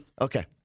Okay